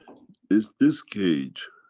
it's this cage